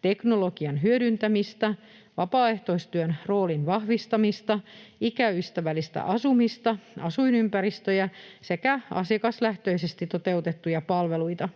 teknologian hyödyntämistä, vapaaehtoistyön roolin vahvistamista, ikäystävällistä asumista, asuinympäristöjä sekä asiakaslähtöisesti toteutettuja palveluita.